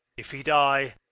if he die,